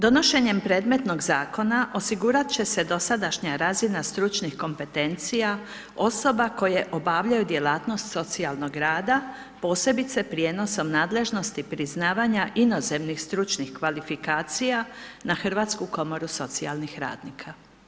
Donošenje predmetnog zakona, osigurati će se dosadašnja razina stručnih kompetencija, osoba koje obavljaju djelatnost socijalnog rada posebice prijenosom nadležnosti priznavanja inozemnih stručnih kvalifikacija, na Hrvatsku komoru socijalnih radnika.